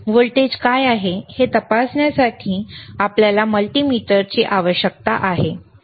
voltage काय आहे हे तपासण्यासाठी आपल्याला मल्टीमीटरची आवश्यकता आहे